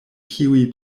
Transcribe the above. kiuj